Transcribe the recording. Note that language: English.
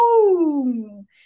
boom